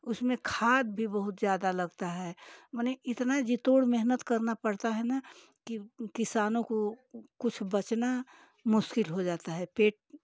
उसमें खाद भी बहुत ज़्यादा लगता है मने इतना जी तोड़ मेहनत करना पड़ता है ना कि किसानों को कुछ बचना मुश्किल हो जाता है पेट